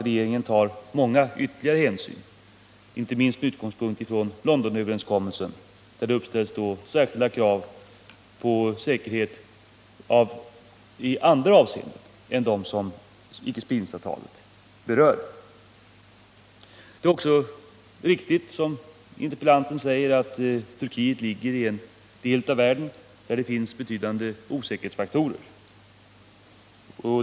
Regeringen tar också många andra hänsyn, inte minst med utgångspunkt i Londonriktlinjerna, där det finns med särskilda krav på säkerhet i andra avseenden än vad som berörs i icke-spridningsavtalet. Interpellanten säger också helt riktigt att Turkiet ligger i en del av världen där det finns betydande osäkerhetsfaktorer.